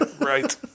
right